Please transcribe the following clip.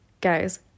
guys